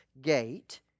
gate